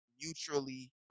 mutually